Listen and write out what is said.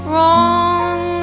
Wrong